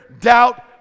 doubt